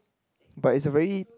but it's a very